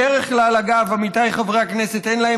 בדרך כלל, אגב, עמיתיי חברי הכנסת, אין להם